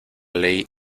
ley